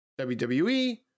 WWE